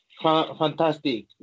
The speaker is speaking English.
fantastic